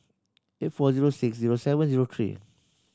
eight four zero six zero seven zero three